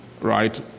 right